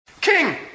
King